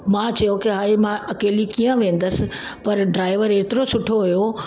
मां चयो की हाय मां अकेली कीअं वेंदसि पर ड्राइवर एतिरो सुठो हुयो